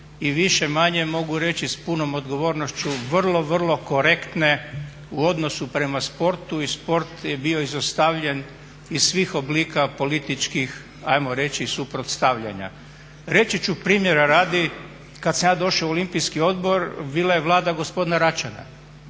i više-manje mogu reći s punom odgovornošću vrlo vrlo korektne u odnosu prema sportu i sport je bio izostavljen iz svih oblika političkih, hajmo reći suprotstavljanja. Reći ću primjera radi kad sam ja došao u Olimpijski odbor bila je Vlada gospodina Račana.